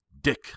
Dick